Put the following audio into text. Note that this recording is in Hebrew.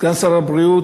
סגן שר הבריאות